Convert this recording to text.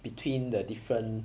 between the different